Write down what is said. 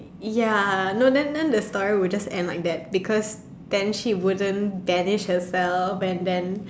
ya no then then the story would just end like that because then he wouldn't denise have fell and then